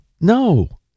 No